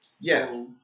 Yes